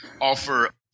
offer